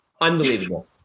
Unbelievable